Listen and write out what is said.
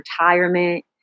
retirement